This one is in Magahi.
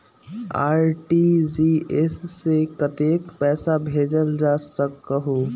आर.टी.जी.एस से कतेक पैसा भेजल जा सकहु???